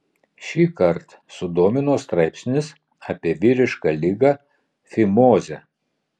šįkart sudomino straipsnis apie vyrišką ligą fimozę